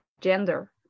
gender